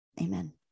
Amen